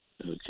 Okay